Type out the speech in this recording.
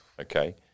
okay